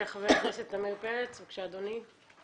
חבר הכנסת עמיר פרץ, בבקשה, אדוני.